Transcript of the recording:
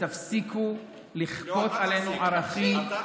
ותפסיקו לכפות עלינו ערכים, לא, אתה תפסיק.